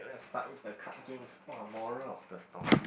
let's start with the card games !wah! moral of the story